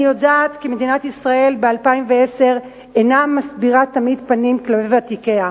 אני יודעת כי מדינת ישראל ב-2010 אינה מסבירה תמיד פנים לוותיקיה,